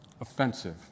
offensive